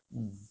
mm